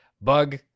Bug